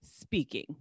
speaking